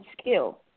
skill